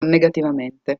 negativamente